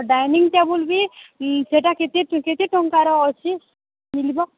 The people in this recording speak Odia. ଡାଇନିଂ ଟେବୁଲ୍ ବି ସେଟା କେତେ କେତେ ଟଙ୍କାର ଅଛି ମିଲିବ